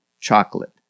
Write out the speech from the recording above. chocolate